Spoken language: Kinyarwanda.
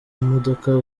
modoka